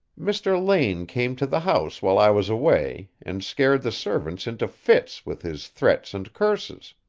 mr. lane came to the house while i was away and scared the servants into fits with his threats and curses.